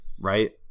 right